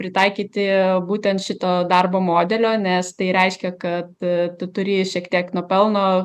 pritaikyti būtent šito darbo modelio nes tai reiškia kad tu turi šiek tiek nuo pelno